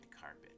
carpet